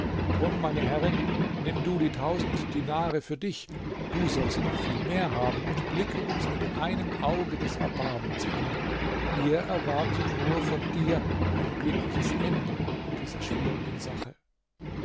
drum meine herrin nimm du die tausend dinare für dich du sollst noch viel mehr haben und blicke uns mit einem auge des erbarmens an wir erwarten nur von dir ein glückliches ende in dieser schwierigen sache